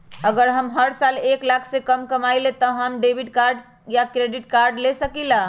अगर हम हर साल एक लाख से कम कमावईले त का हम डेबिट कार्ड या क्रेडिट कार्ड ले सकीला?